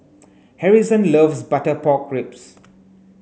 Harrison loves butter pork ribs